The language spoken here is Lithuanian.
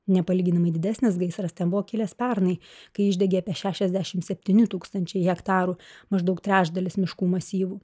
nepalyginamai didesnis gaisras ten buvo kilęs pernai kai išdegė apie šešiasdešimt septyni tūkstančiai hektarų maždaug trečdalis miškų masyvų